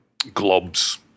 globs